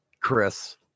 Chris